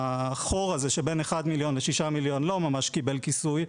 אבל החור שבין מיליון ₪ ל-6 מיליון ₪ לא ממש קיבל כיסוי,